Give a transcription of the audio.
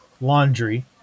laundry